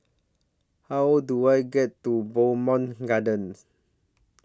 How Do I get to Bowmont Gardens